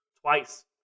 twice